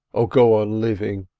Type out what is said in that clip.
or go on living.